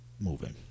moving